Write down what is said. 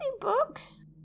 books